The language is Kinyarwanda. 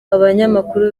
abanyamakuru